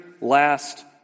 last